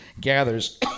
gathers